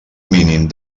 mínim